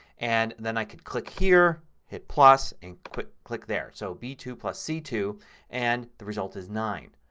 and then i can click here, hit plus and click click there. so b two plus c two and the result is nine.